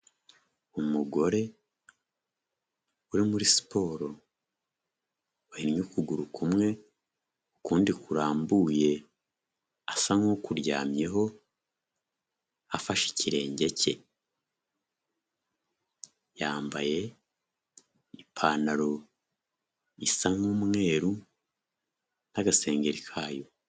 Umugore uri muri siporo wahinnye ukuguru kumwe ukundi kurambuye asa nk'ukuryamyeho afashe ikirenge cye, yambaye ipantaro isa nk'umweru nk'agasengeri kayo.